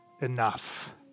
enough